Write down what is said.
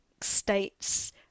states